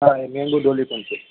હા મેંગો ડોલી પણ છે